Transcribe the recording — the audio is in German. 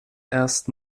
erst